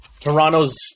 Toronto's